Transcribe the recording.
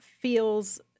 feels